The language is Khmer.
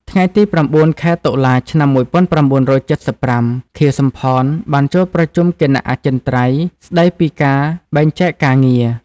ថ្ងៃទី ៩ ខែតុលា ឆ្នាំ ១៩៧៥ ខៀវ សំផន បានចូលប្រជុំគណៈអចិន្ត្រៃយ៍ ស្តីពីការបែងចែកការងារ។